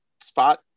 spot